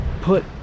put